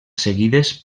seguides